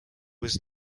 was